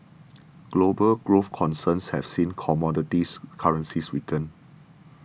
global growth concerns have seen commodity currencies weaken